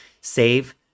save